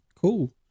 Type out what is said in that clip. Cool